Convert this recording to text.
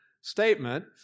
statement